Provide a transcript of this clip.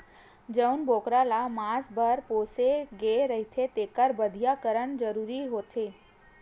जउन बोकरा ल मांस बर पोसे गे रहिथे तेखर बधियाकरन करना जरूरी होथे